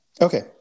okay